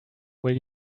will